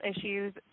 issues